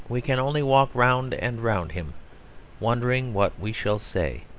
we can only walk round and round him wondering what we shall say.